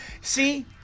See